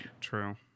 True